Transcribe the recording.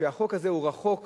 שהחוק הזה רחוק